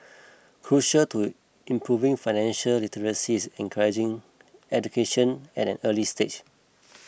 crucial to improving financial literacy is encouraging education at an early stage